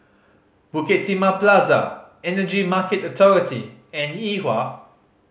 Bukit Timah Plaza Energy Market Authority and Yuhua